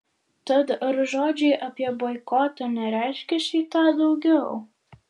tad ar žodžiai apie boikotą nereiškia šį tą daugiau